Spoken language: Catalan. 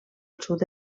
sud